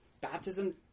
Baptism